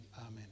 Amen